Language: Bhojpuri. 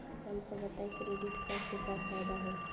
हमका बताई क्रेडिट कार्ड से का फायदा होई?